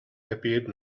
appeared